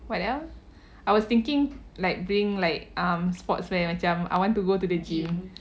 what else I was thinking like bring like um sportswear macam I want to go to the gym